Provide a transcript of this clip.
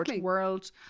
world